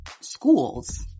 schools